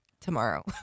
tomorrow